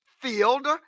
field